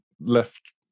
left